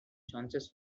chances